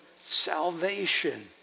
salvation